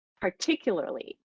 particularly